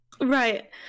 Right